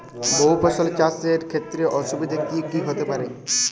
বহু ফসলী চাষ এর ক্ষেত্রে অসুবিধে কী কী হতে পারে?